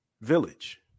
village